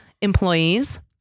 employees